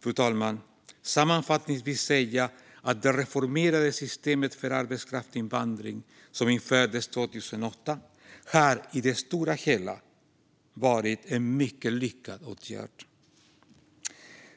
fru talman, kan vi sammanfattningsvis säga att det reformerade system för arbetskraftsinvandring som infördes 2008 i det stora hela har varit en mycket lyckad åtgärd.